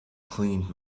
cleaned